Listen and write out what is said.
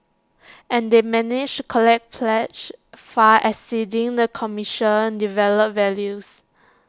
and they managed collect pledges far exceeding the commercial developer's values